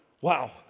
wow